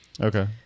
Okay